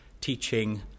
teaching